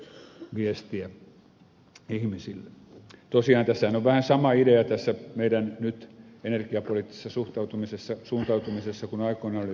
tosiaan tässähän on vähän sama idea nyt tässä meidän energiapoliittisessa suhtautumisessa suuntautumisessa kuin aikoinaan oli puurakentamisen suhteen